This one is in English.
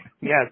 Yes